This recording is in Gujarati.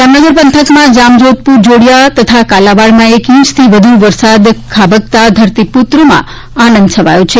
જામનગર પંથકમાં જામજોધપુર જોડીયા તથા કાલાવાડમાં એક ઇંચથી વધુ વરસાદ ખાબકતાં ધરતીપુત્રોમાં આનંદ છવાયો છે